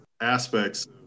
aspects